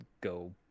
go